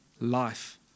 life